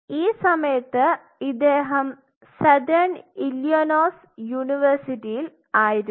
ഈ സമയത് ഇദ്ദേഹം സതേൺ ഇല്ലിനോയ്സ് യൂണിവേഴ്സിറ്റിയിൽ ആയിരുന്നു